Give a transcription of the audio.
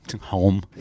Home